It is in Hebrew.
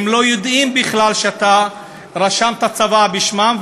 הם לא יודעים בכלל שאתה כתבת צוואה בשמם,